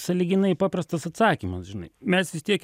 sąlyginai paprastas atsakymas žinai mes vis tiek